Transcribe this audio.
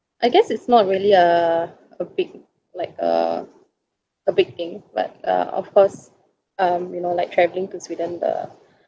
I guess it's not really a a big like err a big thing but uh of course um you know like travelling to sweden the